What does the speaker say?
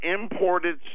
imported